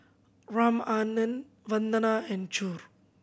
Ramanand Vandana and Choor